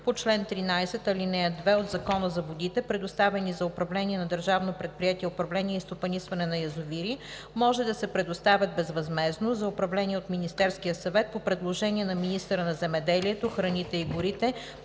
по чл. 13, ал. 2 от Закона за водите, предоставени за управление на Държавно предприятие „Управление и стопанисване на язовири” може да се предоставят безвъзмездно за управление от Министерския съвет по предложение на министъра на земеделието, храните и горите